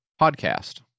podcast